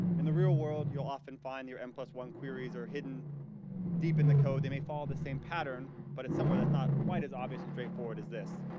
in the real world you'll often find your n one queries are hidden deep in the code, they may follow the same pattern but it's somewhere that's not quite as obvious and straight forward as this.